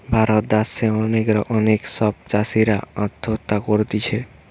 ভারত দ্যাশে অনেক অনেক সব চাষীরা আত্মহত্যা করতিছে